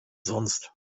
sonst